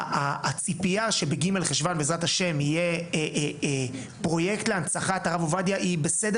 הציפייה שב-ג' חשון בעזרת השם יהיה פרויקט להנצחת הרב עובדיה היא בסדר